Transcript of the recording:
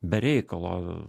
be reikalo